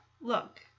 look